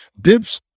dips